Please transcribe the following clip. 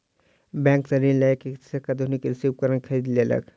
bank सॅ ऋण लय के कृषक आधुनिक कृषि उपकरण खरीद लेलक